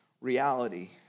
reality